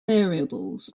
variables